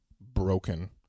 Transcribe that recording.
broken